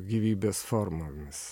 gyvybės formomis